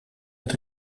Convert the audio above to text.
het